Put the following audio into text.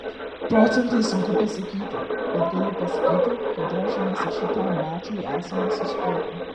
procentais sunku pasakyti bet galiu pasakyti kad ruošėmės ir šitam mačui esame susikaupę